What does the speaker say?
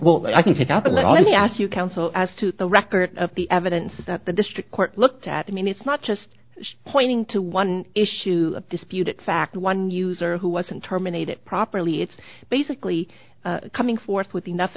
i ask you counsel as to the record of the evidence that the district court looked at i mean it's not just pointing to one issue dispute it fact one user who wasn't terminated properly it's basically coming forth with enough